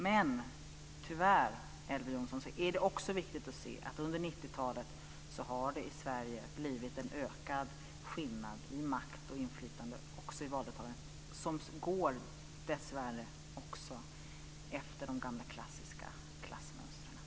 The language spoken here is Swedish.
Men tyvärr, Elver Jonsson, är det också viktigt att se att under 90-talet har det i Sverige blivit en ökad skillnad i makt och inflytande, och också i valdeltagandet, som dessvärre går efter de gamla klassiska klassmönstren.